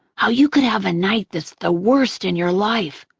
how you could have a night that's the worst in your life,